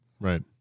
right